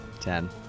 Ten